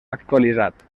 actualitzat